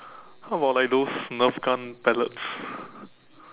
how about like those nerf gun palettes